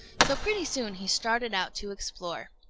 so pretty soon he started out to explore.